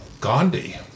Gandhi